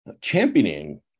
championing